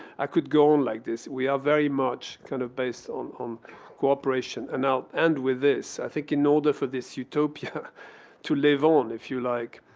i could go on like this. we are very much kind of based on um cooperation. and i'll end with this. i think in order for thissiatopia to live on, if you like,